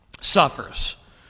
suffers